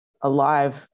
alive